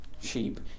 sheep